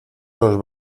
los